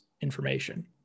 information